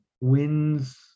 wins